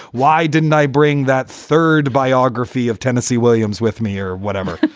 why didn't i bring that third biography of tennessee williams with me or whatever?